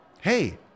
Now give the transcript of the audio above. hey